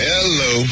Hello